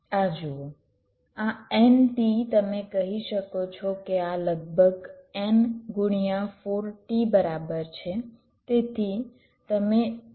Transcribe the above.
આ જુઓ આ તમે કહી શકો છો કે આ લગભગ બરાબર છે